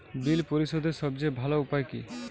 বিল পরিশোধের সবচেয়ে ভালো উপায় কী?